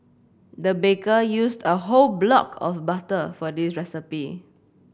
the baker used a whole block of butter for this recipe